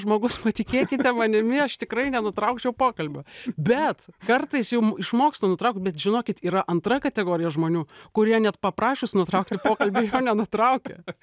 žmogus patikėkite manimi aš tikrai nenutraukčiau pokalbio bet kartais jau m išmokstu nutraukt bet žinokit yra antra kategorija žmonių kurie net paprašius nutraukti pokalbį jo nenutraukia